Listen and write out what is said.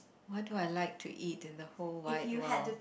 what do I like to eat in the whole wide world